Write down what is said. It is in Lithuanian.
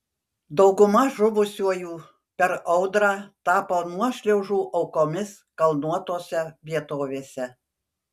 dauguma žuvusiųjų per audrą tapo nuošliaužų aukomis kalnuotose vietovėse